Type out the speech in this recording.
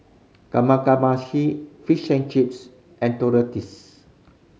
Kamameshi Fish and Chips and